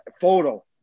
photo